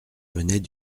venait